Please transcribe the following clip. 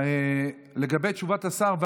לגבי תשובת השר,